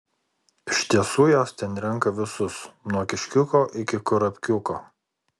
iš tiesų jos ten renka visus nuo kiškiuko iki kurapkiuko